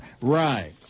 Right